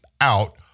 out